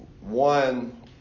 One